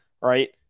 right